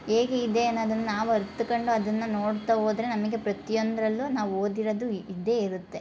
ಹೇಗೆ ಇದೆ ಅನ್ನೋದನ್ನ ನಾವು ಅರ್ತ್ಕಂಡು ಅದನ್ನ ನೋಡ್ತಾ ಹೋದ್ರೆ ನಮಗೆ ಪ್ರತಿಯೊಂದರಲ್ಲು ನಾವು ಓದಿರೋದು ಇದ್ದೇ ಇರುತ್ತೆ